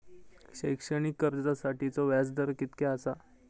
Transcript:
शैक्षणिक कर्जासाठीचो व्याज दर कितक्या आसा?